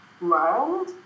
learned